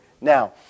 now